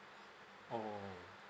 oh